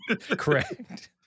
correct